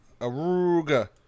Aruga